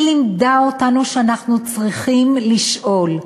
היא לימדה אותנו שאנחנו צריכים לשאול,